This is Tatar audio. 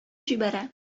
җибәрә